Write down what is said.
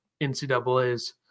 NCAAs